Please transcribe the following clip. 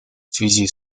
связи